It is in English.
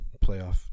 Playoff